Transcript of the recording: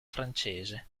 francese